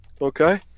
Okay